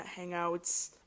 hangouts